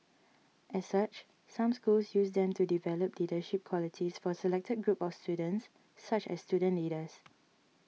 as such some schools use them to develop leadership qualities for selected groups of students such as student leaders